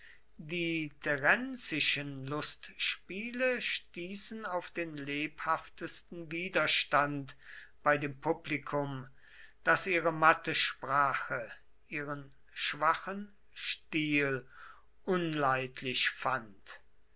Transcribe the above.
die terenzischen lustspiele stießen auf den lebhaftesten widerstand bei dem publikum das ihre matte sprache ihren schwachen stil unleidlich fand